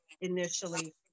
initially